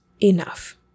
enough